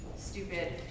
Stupid